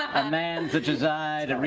a man such as i,